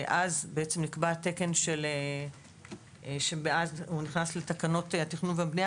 אז נקבע תקן שנכנס לתקנות התכנון והבנייה